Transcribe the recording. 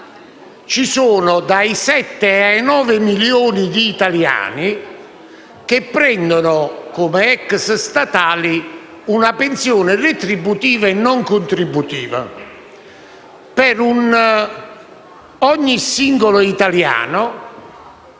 ci sono dai sette ai nove milioni di italiani che prendono, come ex statali, una pensione retributiva e non contributiva. Ogni singolo italiano,